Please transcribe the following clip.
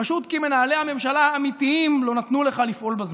פשוט כי מנהלי הממשלה האמיתיים לא נתנו לך לפעול בזמן,